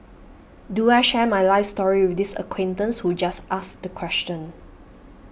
do I share my life story with this acquaintance who just asked the question